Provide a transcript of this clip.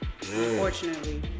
Unfortunately